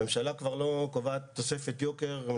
הממשלה לא קובעת תוספת יוקר כבר זמן רב,